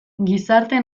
gizarte